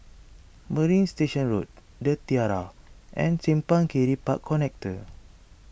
Marina Station Road the Tiara and Simpang Kiri Park Connector